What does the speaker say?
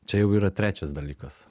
čia jau yra trečias dalykas